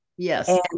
Yes